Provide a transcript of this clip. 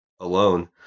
alone